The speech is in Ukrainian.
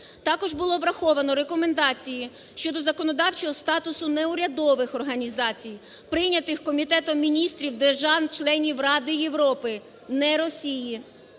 Також було враховано рекомендації щодо законодавчого статусу неурядових організацій, прийнятих Комітетом міністрів держав-членів Ради Європи, не Росії,